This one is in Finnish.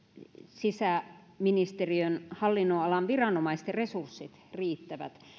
sisäministeriön hallinnonalan viranomaisten resurssit riittävät